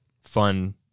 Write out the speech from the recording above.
fun